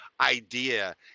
idea